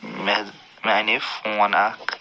مےٚ حظ مےٚ اَنے فون اکھ